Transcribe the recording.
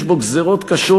יש בו גזירות קשות,